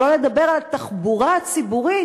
שלא לדבר על התחבורה הציבורית,